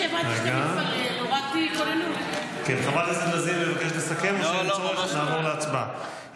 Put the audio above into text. בשמאלה עֹשֶר וְכָבוד'; "ה' עֹז לעמו יתן ה' יברך את עמו בשלום'".